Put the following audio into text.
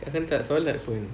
kadang tak solat pun